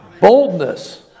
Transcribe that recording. Boldness